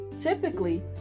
Typically